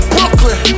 Brooklyn